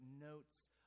notes